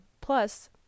plus